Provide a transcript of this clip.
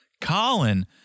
Colin